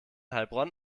heilbronn